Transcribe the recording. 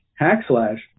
Hackslash